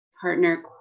partner